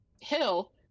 hill